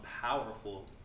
powerful